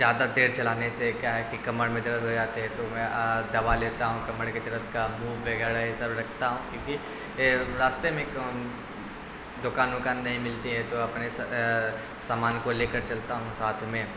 زیادہ دیر چلانے سے کیا ہے کہ کمر میں درد ہو جاتا ہے تو میں دوا لیتا ہوں کمر کے درد کا منھ وغیرہ یہ سب رکھتا ہوں کیونکہ راستے میں دوکان وکان نہیں ملتی ہے تو اپنے سامان کو لے کر چلتا ہوں ساتھ میں